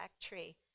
tree